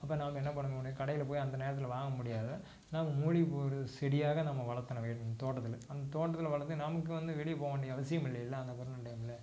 அப்போ நாம் என்ன பண்ணணுன்னு கடையில் போய் அந்த நேரத்தில் வாங்க முடியாது நாம் மூலிகைப் பொருள் செடியாகவே நம்ம வளர்த்துனோம் வே எங்கள் தோட்டத்தில் அந்தத் தோட்டத்தில் வளர்த்து நமக்கு வந்து வெளியே போக வேண்டிய அவசியமில்லைல்ல அந்த கொரோனா டைமில்